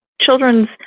Children's